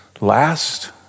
last